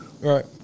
Right